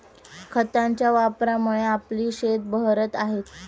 खतांच्या वापरामुळे आपली शेतं बहरत आहेत